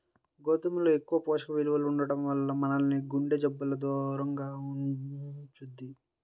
గోధుమల్లో ఎక్కువ పోషక విలువలు ఉండటం వల్ల మనల్ని గుండె జబ్బులకు దూరంగా ఉంచుద్ది